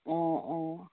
অঁ অঁ